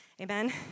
Amen